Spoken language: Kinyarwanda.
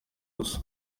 gusa